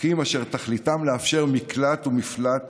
חוקים אשר תכליתם לאפשר מקלט ומפלט